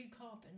carbon